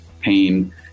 pain